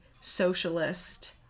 socialist